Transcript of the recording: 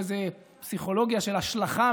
באיזו פסיכולוגיה של השלכה,